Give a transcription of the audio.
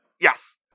Yes